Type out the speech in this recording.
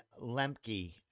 lemke